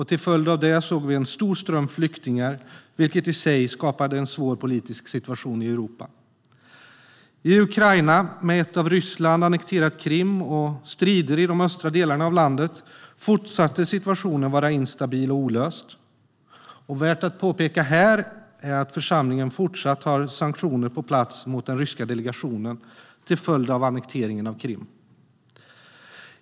Till följd av det såg vi en stor flyktingström, vilket skapade en svår politisk situation i Europa. I Ukraina, med ett av Ryssland annekterat Krim och strider i de östra delarna av landet, var situationen fortsatt instabil och olöst. Här är det värt att påpeka att församlingen fortsatt har sanktioner på plats mot den ryska delegationen till följd av annekteringen av Krim.